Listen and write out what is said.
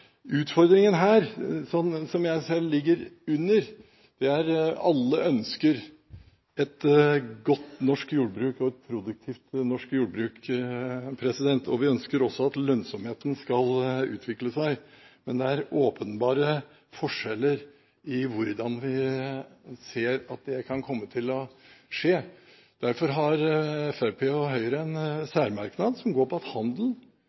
og et produktivt norsk jordbruk, og vi ønsker også at lønnsomheten skal utvikle seg, men det er åpenbare forskjeller når det gjelder hvordan vi ser at det kan komme til å skje. Derfor har Fremskrittspartiet og Høyre en særmerknad som går på at handel